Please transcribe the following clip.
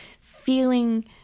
feeling